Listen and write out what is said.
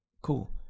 Cool